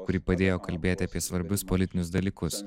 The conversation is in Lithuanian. kuri padėjo kalbėti apie svarbius politinius dalykus